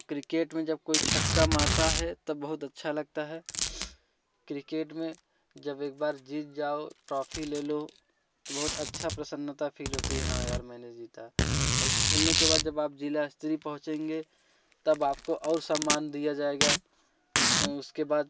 cricket में जब कोई छक्का मारता है तब बहुत अच्छा लगता है क्रिकेट में जब एक बार जीत जाओ ट्रॉफी ले लो तो बहुत अच्छा प्रसन्नता फील होती है हाँ यार मैं जीता और खेलने के बाद जब आप जिला स्तर पहुंचेंगे तब आपको और सम्मान दिया जाएगा उसके बाद